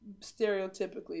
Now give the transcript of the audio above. Stereotypically